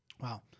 Wow